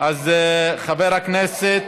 חבר הכנסת